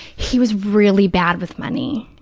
he was really bad with money,